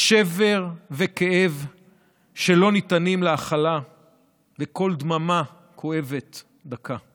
שבר וכאב שלא ניתנים להכלה וקול דממה כואבת דקה,